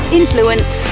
influence